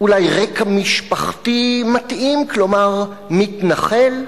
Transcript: אולי רקע משפחתי מתאים, כלומר מתנחל?